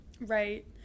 Right